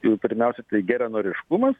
jau pirmiausia tai geranoriškumas